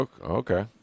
okay